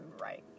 right